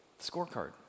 Scorecard